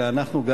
אלא גם אנחנו,